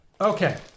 Okay